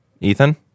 Ethan